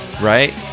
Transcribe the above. right